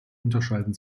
unterscheiden